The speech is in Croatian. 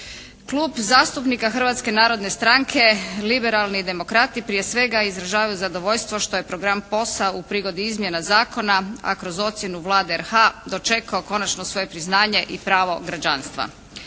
Klub zastupnika Hrvatske narodne stranke, liberalni demokrati prije svega zadržavaju zadovoljstvo što je program POS-a u prigodi izmjena zakona, a kroz ocjenu Vlade RH dočekao konačno svoje priznanje i pravo građanstva.